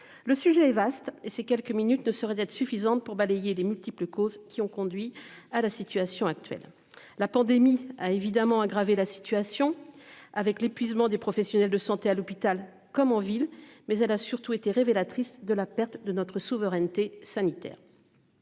Le sujet est vaste et ces quelques minutes ne saurait être suffisante pour balayer les multiples causes qui ont conduit à la situation actuelle. La pandémie a évidemment aggravé la situation, avec l'épuisement des professionnels de santé à l'hôpital comme en ville, mais elle a surtout été révélatrice de la perte de notre souveraineté sanitaire.--